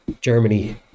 Germany